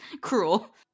cruel